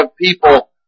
people